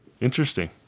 Interesting